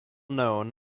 known